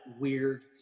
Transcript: weird